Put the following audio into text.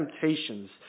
temptations